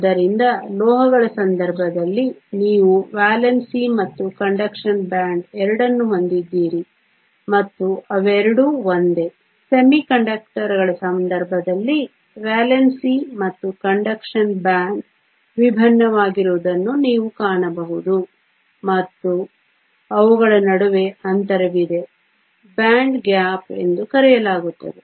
ಆದ್ದರಿಂದ ಲೋಹಗಳ ಸಂದರ್ಭದಲ್ಲಿ ನೀವು ವೇಲೆನ್ಸಿ ಮತ್ತು ಕಂಡಕ್ಷನ್ ಬ್ಯಾಂಡ್ ಎರಡನ್ನೂ ಹೊಂದಿದ್ದೀರಿ ಮತ್ತು ಅವೆರಡೂ ಒಂದೇ ಅರೆವಾಹಕಗಳ ಸಂದರ್ಭದಲ್ಲಿ ವೇಲೆನ್ಸಿ ಮತ್ತು ಕಂಡಕ್ಷನ್ ಬ್ಯಾಂಡ್ ವಿಭಿನ್ನವಾಗಿರುವುದನ್ನು ನೀವು ಕಾಣಬಹುದು ಮತ್ತು ಅವುಗಳ ನಡುವೆ ಅಂತರವಿದೆ ಬ್ಯಾಂಡ್ ಗ್ಯಾಪ್ ಎಂದು ಕರೆಯಲಾಗುತ್ತದೆ